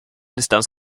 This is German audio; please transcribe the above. distanz